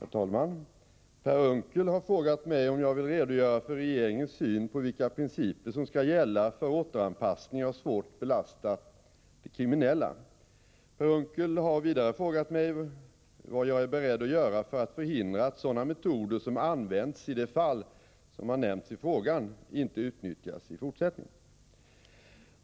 Herr talman! Per Unckel har frågat mig om jag vill redogöra för regeringens syn på vilka principer som skall gälla för återanpassning av svårt belastade kriminella. Per Unckel har vidare frågat mig vad jag är beredd att göra för att förhindra att sådana metoder som använts i det fall som nämnts i frågan inte utnyttjas i fortsättningen.